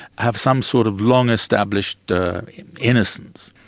have some sort of long-established innocence,